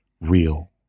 real